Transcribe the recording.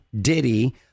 Diddy